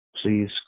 Please